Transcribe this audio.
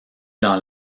dans